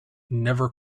never